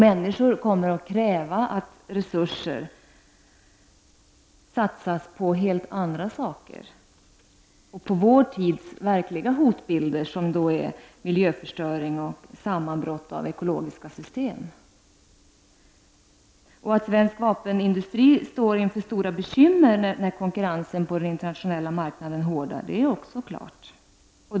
Människor kommer att kräva att resurser satsas på helt andra saker. Det gäller t.ex. vår tids verkliga hotbild -- miljöförstöring och sammanbrott beträffande ekologiska system. Att svensk vapenindustri står inför stora bekymmer när konkurrensen på den inre marknaden hårdnar är också helt klart.